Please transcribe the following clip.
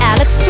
Alex